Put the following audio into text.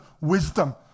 wisdom